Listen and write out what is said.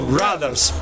Brothers